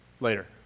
later